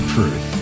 Truth